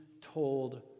told